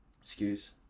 Excuse